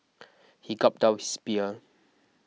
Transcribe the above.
he gulped down his beer